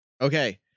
Okay